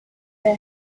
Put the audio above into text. they